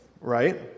right